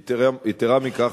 יתירה מכך,